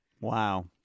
Wow